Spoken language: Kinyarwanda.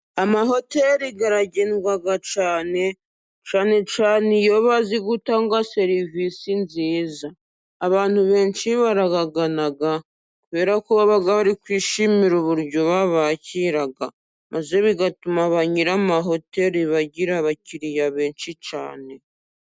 Amahoteri aragendwaga cyane, cyane cyane iyo bazi gutanga serivisi nziza. Abantu benshi barabagana, kubera ko baba bari kwishimira uburyo babakira, maze bigatuma ba nyiri amahoteri bagira abakiriya benshi cyane.